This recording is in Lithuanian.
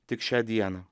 tik šią dieną